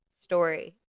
story